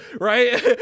right